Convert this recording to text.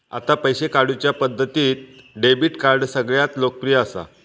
आता पैशे काढुच्या पद्धतींत डेबीट कार्ड सगळ्यांत लोकप्रिय असा